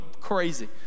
crazy